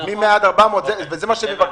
זה מה שהם מבקשים.